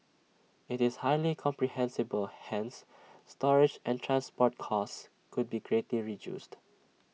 IT is highly compressible hence storage and transport costs could be greatly reduced